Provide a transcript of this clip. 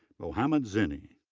mohammed ziny.